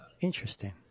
interesting